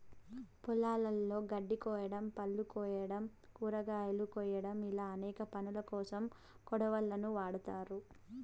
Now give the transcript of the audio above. పొలాలలో గడ్డి కోయడం, పళ్ళు కోయడం, కూరగాయలు కోయడం ఇలా అనేక పనులకోసం కొడవళ్ళను వాడ్తారు